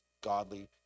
godly